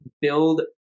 build